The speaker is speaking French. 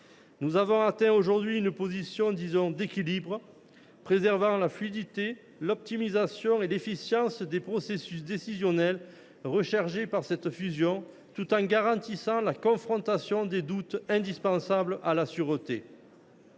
Nous avons atteint aujourd’hui une position d’équilibre, préservant la fluidité, l’optimisation et l’efficience des processus décisionnels – c’était l’objectif de cette fusion –, tout en garantissant la confrontation des doutes indispensables à la sûreté.